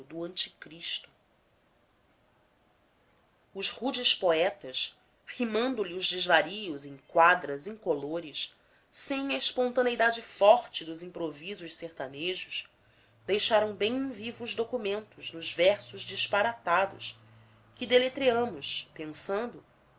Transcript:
do anticristo os rudes poetas rimando lhe os desvarios em quadras incolores sem a espontaneidade forte dos improvisos sertanejos deixam bem vivos documentos nos versos disparatados que deletreamos pensando